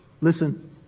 listen